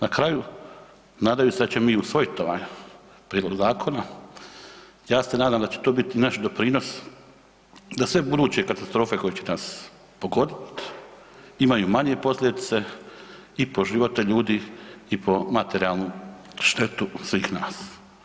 Na kraju, nadajući se da ćemo mi usvojiti ovaj Prijedlog zakona, ja se nadam da će to bit naš doprinos da sve buduće katastrofe koje će nas pogodit imaju manje posljedice i po živote ljudi, i po materijalnu štetu svih nas.